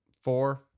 Four